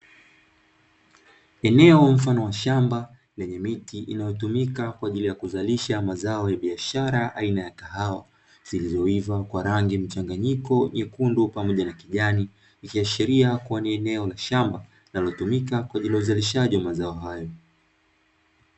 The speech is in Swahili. Eneo mfano wa shamba lenye miti inayotumika kwa ajili ya kuzalisha mazao ya biashara aina ya kahawa zilizoiva kwa rangi mchanganyiko nyekundu pamoja na kijani, ikiashiria kuwa ni eneo la shamba linalotumika kwa ajili ya uzalishaji wa mazao hayo.